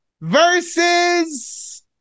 versus